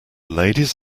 ladies